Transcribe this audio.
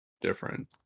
different